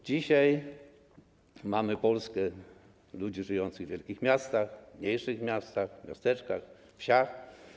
Dzisiaj mamy Polskę ludzi żyjących w wielkich miastach, mniejszych miastach, miasteczkach, wsiach.